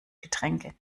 getränke